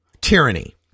Tyranny